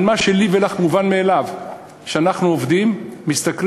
על מה שלי ולך מובן מאליו: שאנחנו עובדים ומשתכרים,